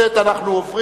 שעה),